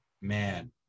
Man